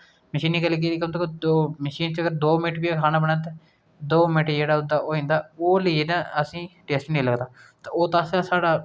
ते ओह् जेह्ड़ियां छुप्पी दियां रौहंदियां उस परदे कन्नै यानी ओह् परदा सारी जरानियें दी लाज़ बचांदा हा ते प्रेमचंद जी इस आस्तै एह् आक्खना चांहदे न